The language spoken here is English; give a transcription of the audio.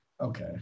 Okay